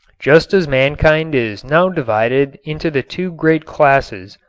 just as mankind is now divided into the two great classes,